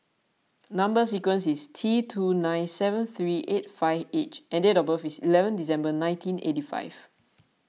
Number Sequence is T two zero nine seven three eight five H and date of birth is eleven December nineteen eight five